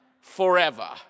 forever